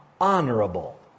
honorable